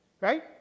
Right